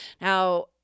Now